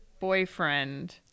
boyfriend